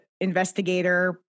investigator